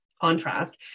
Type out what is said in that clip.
contrast